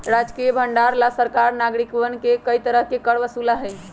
राजकीय भंडार ला सरकार नागरिकवन से कई तरह के कर वसूला हई